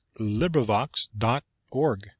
LibriVox.org